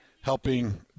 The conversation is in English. helping